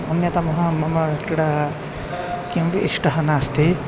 अन्यतमा मम क्रीडा किमपि इष्टा नास्ति